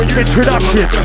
introduction